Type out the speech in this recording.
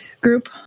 group